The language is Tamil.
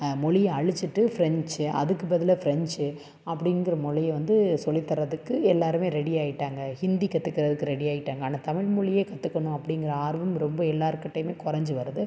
மொழியை அழித்துட்டு ஃப்ரெஞ்சு அதுக்கு பதிலாக ஃப்ரெஞ்சு அப்படிங்குற மொழியை வந்து சொல்லித் தரதுக்கு எல்லோருமே ரெடியாகிட்டாங்க ஹிந்தி கற்றுக்குறதுக்கு ரெடியாகிட்டாங்க ஆனால் தமிழ்மொழியை கற்றுக்கணும் அப்படிங்கிற ஆர்வம் ரொம்ப எல்லோர்கிட்டயுமே கொறைஞ்சி வருது